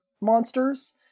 monsters